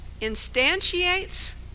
instantiates